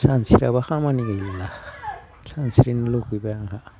सानस्रियाब्ला खामानि गैला सानस्रिनो लुगैब्ला आंहा